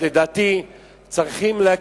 צריכים לחשוב אחרת.